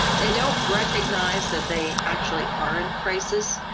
they don't recognize that they actually are in crisis,